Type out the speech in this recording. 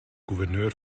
gouverneur